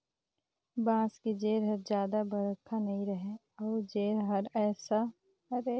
बांस के जेर हर जादा बड़रखा नइ रहें अउ जेर हर रेसा वाला होथे